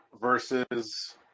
versus